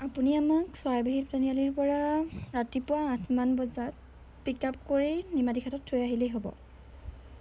আপুনি আমাক চৰাইবাহি তিনিআলিৰপৰা ৰাতিপুৱা আঠমান বজাত পিক আপ কৰি নিমাতীঘাটত থৈ আহিলেই হ'ব